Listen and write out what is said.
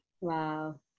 Wow